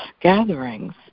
gatherings